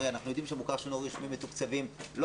הרי אנחנו יודעים שהמוכר שאינו רשמי מתוקצבים לא